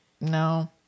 no